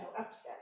upset